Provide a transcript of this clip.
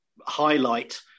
highlight